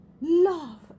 Love